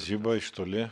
žiba iš toli